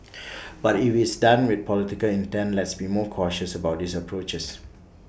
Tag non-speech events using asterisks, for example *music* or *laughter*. *noise* but if IT is done with political intent let's be more cautious about those approaches